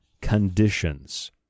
conditions